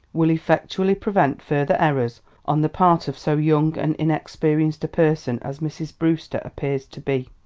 will effectually prevent further errors on the part of so young and inexperienced a person as mrs. brewster appears to be.